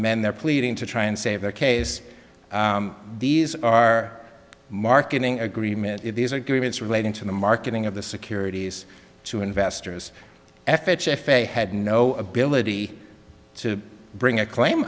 mend their pleading to try and save their case these are marketing agreement these agreements relating to the marketing of the securities to investors f h if a had no ability to bring a claim